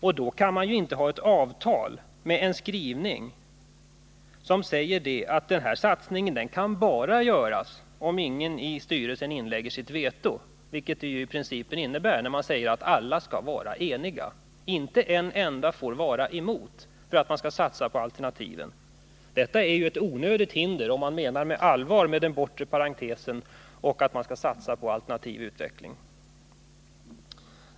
Och då kan man ju inte ha ett avtal med en skrivning som säger att denna satsning bara kan göras om ingen i styrelsen inlägger sitt veto. Det är ju i princip innebörden i att alla skall vara eniga — inte en enda får vara emot — för att man skall satsa på alternativen. Detta är ett onödigt hinder, om man menar allvar med det bortre parentestecknet och med att man skall satsa på alternativ utveckling.